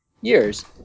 years